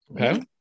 okay